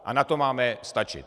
A na to máme stačit!